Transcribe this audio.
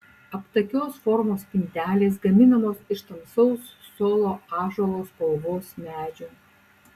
aptakios formos spintelės gaminamos iš tamsaus solo ąžuolo spalvos medžio